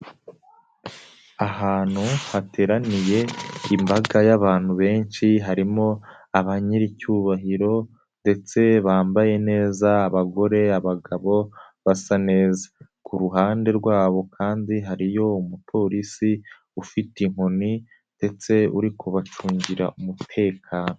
Ahantu hateraniye imbaga y'abantu benshi, harimo abanyiricyubahiro ndetse bambaye neza, abagore, abagabo basa neza. Ku ruhande rwabo kandi hariyo umupolisi, ufite inkoni ndetse uri kubacungira umutekano.